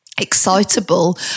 excitable